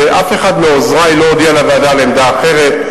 שאף אחד מעוזרי לא הודיע לוועדה על עמדה אחרת,